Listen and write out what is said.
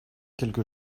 quelque